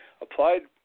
applied